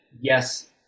yes